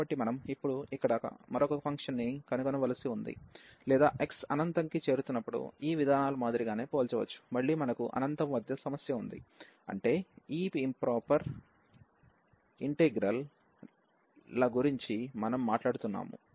కాబట్టి మనం ఇప్పుడు ఇక్కడ మరొక ఫంక్షన్ను కనుగొనవలసి ఉంది లేదా x అనంతంకి చేరుతున్నప్పుడు ఈ విధానాల మాదిరిగానే పోల్చవచ్చు మళ్ళీ మనకు అనంతం వద్ద సమస్య ఉంది అంటే ఈ ఇంప్రాపర్ ఇంటిగ్రల్ ల గురించి మనం మాట్లాడుతున్నాము